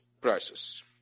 prices